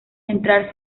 entrar